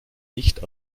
nicht